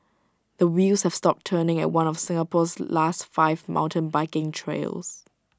the wheels have stopped turning at one of Singapore's last five mountain biking trails